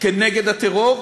כנגד הטרור.